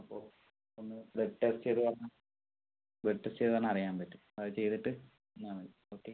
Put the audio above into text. അപ്പോൾ ഒന്ന് blood test ചെയ്ത് വരണം ബ്ലഡ്ഡ് ടെസ്റ്റ് ചെയ്യുവാണെൽ അറിയാൻ പറ്റും അത് ചെയ്തിട്ട് വന്നാൽ മതി ഓക്കെ